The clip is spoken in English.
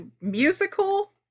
musical